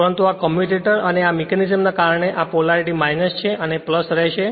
પરંતુ આ કમ્યુટેટર અને આ મિકેનિઝમને કારણે ખરેખર આ પોલારિટી છે અને રહેશે